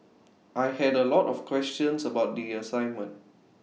I had A lot of questions about the assignment